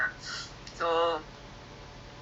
bagus bagus bagus very good